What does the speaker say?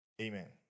Amen